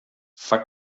sind